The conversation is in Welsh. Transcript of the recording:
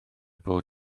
fod